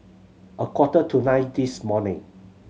a quarter to nine this morning